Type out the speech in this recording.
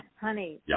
honey